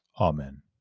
Amen